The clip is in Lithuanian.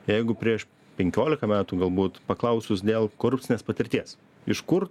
jeigu prieš penkiolika metų galbūt paklausus dėl korupcinės patirties iš kur